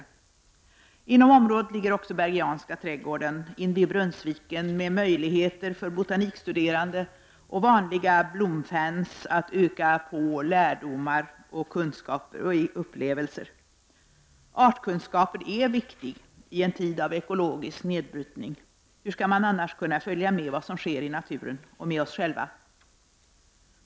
Inom området ligger också Bergianska trädgården invid Brunnsviken med möjligheter för botanikstuderande och vanliga blomfans att öka på lärdom och upplevelser. Artkunskapen är viktig i en tid av ekologisk nedbrytning; hur skall man annars kunna följa med vad som sker i naturen och med oss själva?